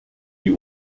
die